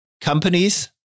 companies